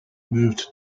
moved